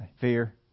fear